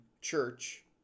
church